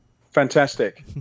Fantastic